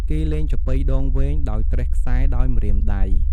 គេលេងចាប៉ីដងវែង ដោយត្រេះខ្សែដោយម្រាមដៃ។